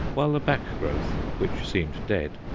while the back growth, which seemed dead,